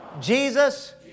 Jesus